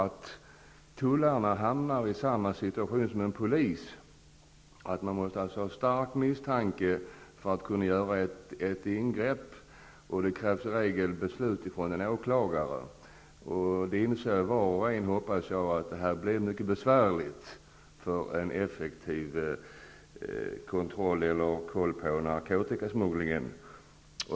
Tullarna hamnar då i samma situation som en polis, dvs. att man måste ha stark misstanke för att kunna göra ett ingripande. Det krävs i regel beslut från en åklagare. Jag hoppas att var och en inser att detta blir mycket besvärligt för en effektiv kontroll och för bekämpning av narkotikasmugglingen.